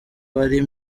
wari